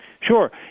Sure